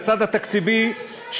לצד התקציבי,